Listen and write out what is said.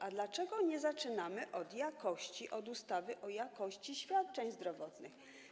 A dlaczego nie zaczynamy od jakości - od ustawy o jakości świadczeń zdrowotnych?